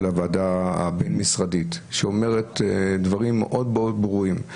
הוועדה הבין-משרדית שאומרת דברים מאוד ברורים,